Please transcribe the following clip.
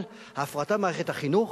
אבל ההפרטה במערכת החינוך,